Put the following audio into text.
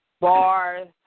bars